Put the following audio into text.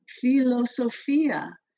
philosophia